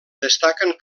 destaquen